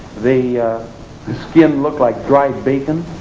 the the skin looked like dried bacon.